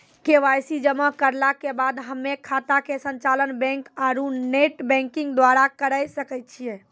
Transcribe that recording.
KYC जमा करला के बाद हम्मय खाता के संचालन बैक आरू नेटबैंकिंग द्वारा करे सकय छियै?